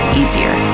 easier